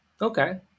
Okay